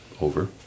over